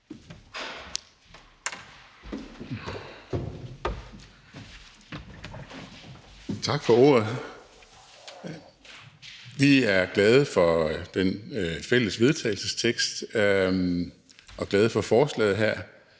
Tak for ordet. Vi er glade for den fælles vedtagelsestekst og glade for forslaget her.